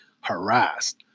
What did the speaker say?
harassed